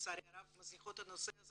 שלצערי הרב, מזניחות את הנושא הזה